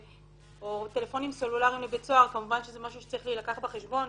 טלפונים סלולריים זה כמובן משהו שצריך להילקח בחשבון.